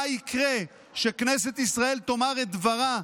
מה יקרה שכנסת ישראל תאמר את דברה,